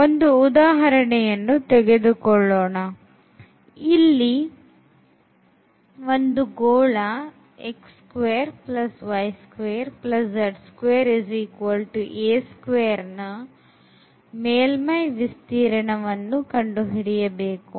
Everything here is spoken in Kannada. ಒಂದು ಉದಾಹರಣೆಯನ್ನು ತೆಗೆದುಕೊಳ್ಳೋಣ ಇಲ್ಲಿ ಒಂದು ಗೋಳನ ಮೇಲ್ಮೈ ವಿಸ್ತೀರ್ಣ ವನ್ನು ಕಂಡುಹಿಡಿಯಬೇಕು